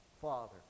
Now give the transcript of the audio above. father